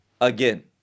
again